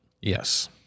Yes